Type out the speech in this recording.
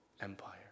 empire